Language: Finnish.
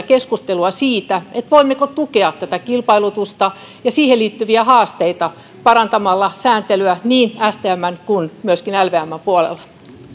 keskustelua siitä voimmeko tukea tätä kilpailutusta ja siihen liittyviä haasteita parantamalla sääntelyä niin stmn kuin myöskin lvmn puolella